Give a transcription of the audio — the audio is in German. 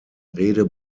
rede